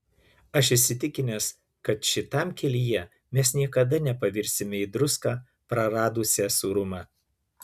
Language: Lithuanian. aš įsitikinęs kad šitam kelyje mes niekada nepavirsime į druską praradusią sūrumą